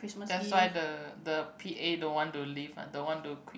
that's why the the P_A don't want to leave lah don't want to quit